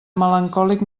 melancòlic